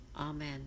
Amen